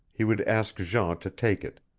he would ask jean to take it.